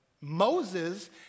Moses